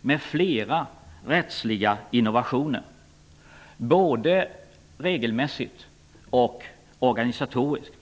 med flera rättsliga innovationer, både regelmässigt och organisatoriskt.